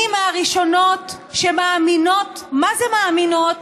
אני מהראשונות שמאמינות, מה זה מאמינות,